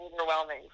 overwhelming